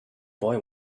boy